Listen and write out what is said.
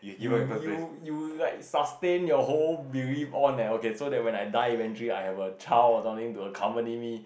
you you you like sustain your whole belief on eh okay so that when I die eventually I will have a child or something to accompany me